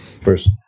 first